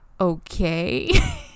okay